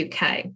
uk